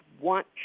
want